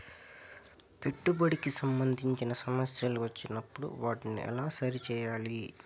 పెట్టుబడికి సంబంధించిన సమస్యలు వచ్చినప్పుడు వాటిని ఎలా సరి చేయాలి?